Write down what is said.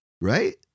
Right